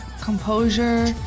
composure